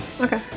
Okay